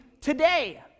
today